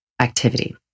activity